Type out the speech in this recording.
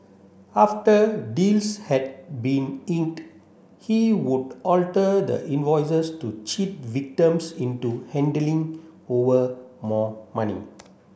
after deals had been inked he would alter the invoices to cheat victims into handling over more money